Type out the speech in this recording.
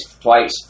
twice